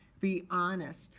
be honest,